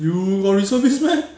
you got reservist meh